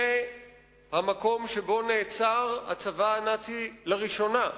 זה המקום שבו נעצר הצבא הנאצי לראשונה,